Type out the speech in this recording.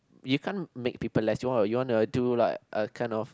you can't make people less you want you wanna do lah a kind of